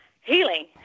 healing